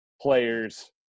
players